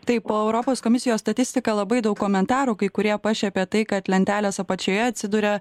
taip po europos komisijos statistika labai daug komentarų kai kurie pašiepia tai kad lentelės apačioje atsiduria